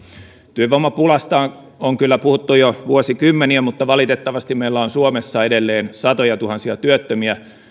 työvoimapulasta on kyllä puhuttu jo vuosikymmeniä mutta valitettavasti meillä on suomessa edelleen satojatuhansia työttömiä